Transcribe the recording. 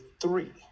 three